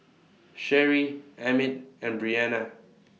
Sherie Emmit and Breana